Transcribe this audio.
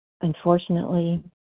unfortunately